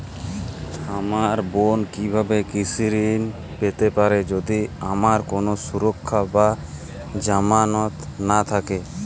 আমার বোন কীভাবে কৃষি ঋণ পেতে পারে যদি তার কোনো সুরক্ষা বা জামানত না থাকে?